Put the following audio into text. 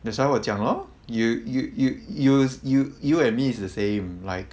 that's why 我讲 lor you you you you you you and me is the same like